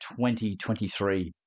2023